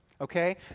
okay